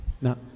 No